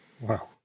Wow